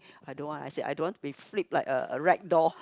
I don't want I said I don't want to be flipped like a rag doll